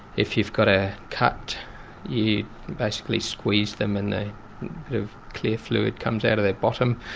if you've got a cut you basically squeeze them and a bit of clear fluid comes out of their bottom